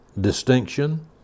distinction